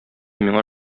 миңа